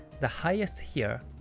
the highest here,